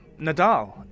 Nadal